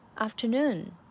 afternoon